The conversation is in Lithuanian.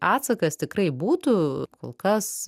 atsakas tikrai būtų kol kas